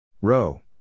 Row